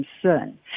concern